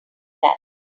that